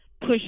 push